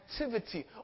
activity